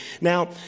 Now